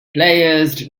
players